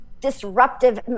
disruptive